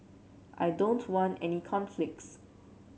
I don't want any conflicts